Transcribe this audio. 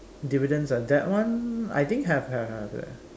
dividends ah that one I think have have have leh